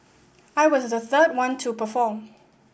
I was the third one to perform